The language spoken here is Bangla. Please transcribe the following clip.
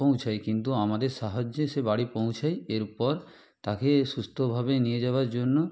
পৌঁছায় কিন্তু আমাদের সাহায্যে সে বাড়ি পৌঁছায় এরপর তাকে সুস্থভাবে নিয়ে যাবার জন্য